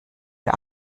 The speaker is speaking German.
wir